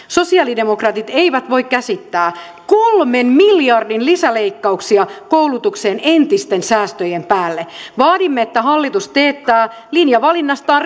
sosialidemokraatit eivät voi käsittää kolmen miljardin lisäleikkauksia koulutukseen entisten säästöjen päälle vaadimme että hallitus teettää linjavalinnastaan